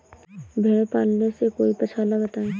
भेड़े पालने से कोई पक्षाला बताएं?